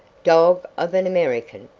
dog of an american,